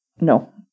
No